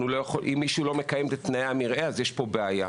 אם מישהו לא מקיים את תנאי המרעה אז יש פה בעיה.